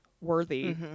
worthy